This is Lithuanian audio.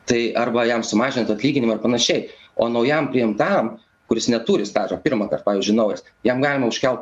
tai arba jam sumažint atlyginimą ir panašiai o naujam priimtam kuris neturi stažo pirmąkart pavyzdžiui naujas jam galima užkelt